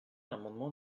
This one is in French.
l’amendement